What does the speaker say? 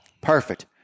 Perfect